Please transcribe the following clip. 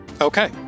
Okay